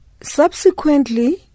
subsequently